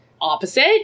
opposite